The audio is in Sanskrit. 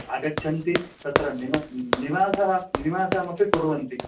आगच्छन्ति तत्र निवासः निवासमपि कुर्वन्ति